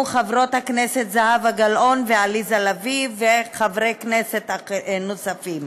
חברות הכנסת זהבה גלאון ועליזה לביא וחברי כנסת נוספים.